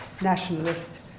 nationalist